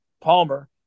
Palmer